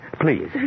Please